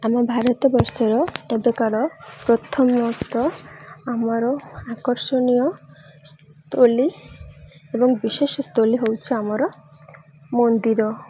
ଆମ ଭାରତ ବର୍ଷର ଏବେକାର ପ୍ରଥମତଃ ଆମର ଆକର୍ଷଣୀୟ ସ୍ଥଳୀ ଏବଂ ବିଶେଷ ସ୍ଥଳୀ ହେଉଛି ଆମର ମନ୍ଦିର